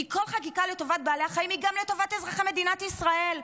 כל חקיקה לטובת בעלי החיים היא גם לטובת אזרחי מדינת ישראל.